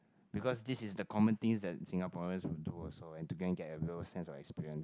because this is the common things that Singaporeans will do also and to gang get a real sense of experience